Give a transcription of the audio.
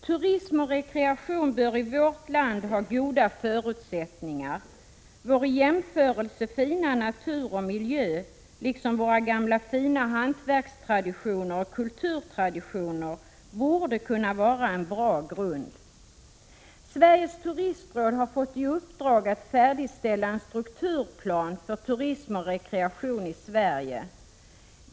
Turism och rekreation bör i vårt land ha goda förutsättningar. Vår fina natur och miljö, liksom våra gamla fina hantverkstraditioner och kulturtraditioner, borde kunna vara en bra grund. Sveriges turistråd har fått i uppdrag att färdigställa en strukturplan för turism och rekreation i Sverige.